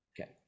Okay